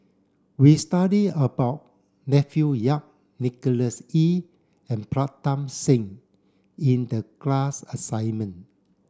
we studied about Matthew Yap Nicholas Ee and Pritam Singh in the class assignment